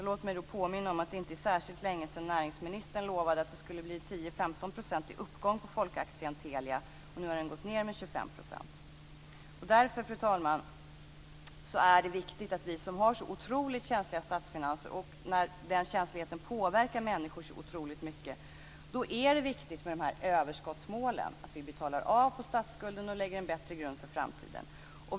Låt mig då påminna om att det inte är särskilt länge sedan näringsministern lovade att det skulle bli 10-15 % i uppgång på folkaktien Telia, och nu har den gått ned med 25 %. Fru talman! Eftersom vi har så otroligt känsliga statsfinanser som påverkar människor så otroligt mycket, är överskottsmålen viktiga; att vi betalar av på statsskulden och lägger en bättre grund för framtiden.